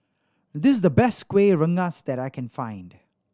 this is the best Kueh Rengas that I can find